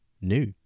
new